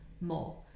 more